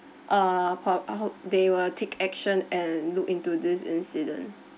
err pre~ out they will take action and look into this incident